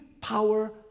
power